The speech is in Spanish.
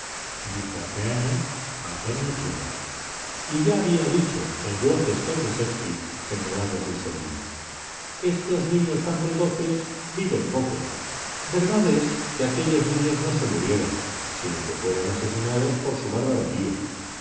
dijo hace años antonio trueba y ya había dicho el glocester de shakespeare señalando a sus sobrinos estos niños tan precoces viven poco verdad es que aquellos niños no se murieron sino que fueron asesinados por su bárbaro tío